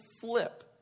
flip